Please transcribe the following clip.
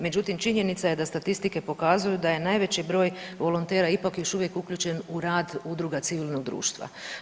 Međutim, činjenica je da statistike pokazuju da je najveći broj volontera ipak još uvijek uključen u radu udruga civilnog društva.